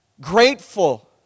Grateful